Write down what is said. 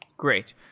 great.